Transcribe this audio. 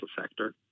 Sector